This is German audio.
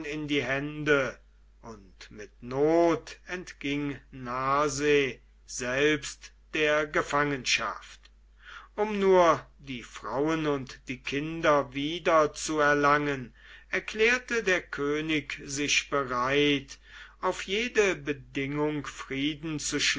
in die hände und mit not entging narseh selbst der gefangenschaft um nur die frauen und die kinder wieder zu erlangen erklärte der könig sich bereit auf jede bedingung frieden